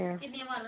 अच्छा